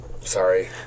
Sorry